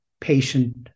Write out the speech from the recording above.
patient